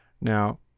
Now